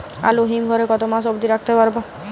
আলু হিম ঘরে কতো মাস অব্দি রাখতে পারবো?